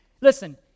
Listen